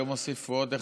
היום הוסיפו עוד אחד,